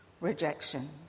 rejection